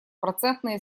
процентные